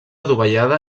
dovellada